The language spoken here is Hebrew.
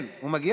כן, הוא מגיע?